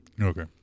Okay